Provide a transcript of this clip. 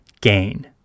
gain